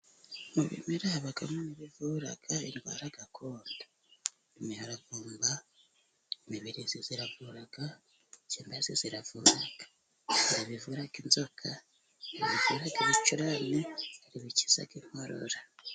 Mu bimera habamo n'ibivura indwara gakondo, imiharavumba, imibirizi iravura, kinazi iravura, ibivura inzoka, ibivura ibicurane, ibikiza inkorora.